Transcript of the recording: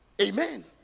Amen